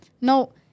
No